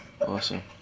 Awesome